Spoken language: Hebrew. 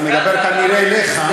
אני מדבר כנראה אליך.